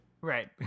Right